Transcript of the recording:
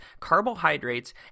carbohydrates